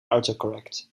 autocorrect